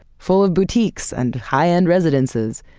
full of boutiques and high-end residences,